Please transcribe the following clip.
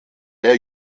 der